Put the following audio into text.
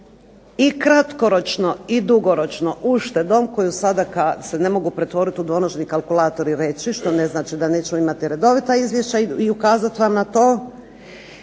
i kratkoročno i dugoročno uštedom koju, sada se ne mogu pretvoriti u dvonožni kalkulator i reći, što ne znači da neću imati redovita izvješća, i ukazati vam na to.